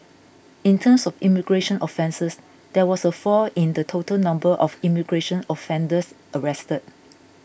in terms of immigration offences there was a fall in the total number of immigration offenders arrested